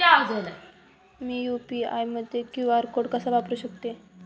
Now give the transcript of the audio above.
मी UPI मध्ये QR code कसा वापरु शकते?